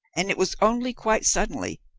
and it was only quite suddenly,